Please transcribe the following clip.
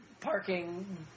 parking